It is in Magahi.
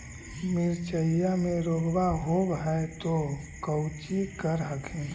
मिर्चया मे रोग्बा होब है तो कौची कर हखिन?